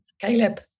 Caleb